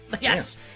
Yes